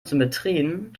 symmetrien